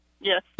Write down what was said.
Yes